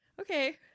Okay